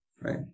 right